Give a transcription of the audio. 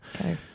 okay